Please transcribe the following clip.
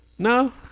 No